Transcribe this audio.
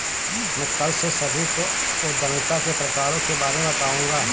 मैं कल से सभी को उद्यमिता के प्रकारों के बारे में बताऊँगा